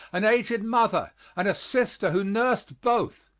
an aged mother and a sister who nursed both.